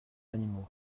animaux